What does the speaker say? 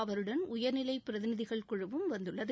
அவருடன் உயர்நிலை பிரதிநிதிகள் குழுவும் வந்துள்ளது